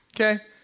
Okay